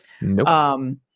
Nope